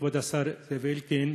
כבוד השר זאב אלקין,